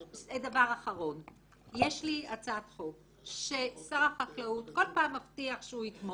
יש לי הצעת חוק ששר החקלאות כל פעם מבטיח שהוא יסיים